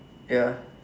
ya